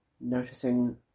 Noticing